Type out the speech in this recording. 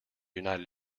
united